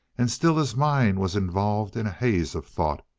and still his mind was involved in a haze of thought.